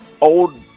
Old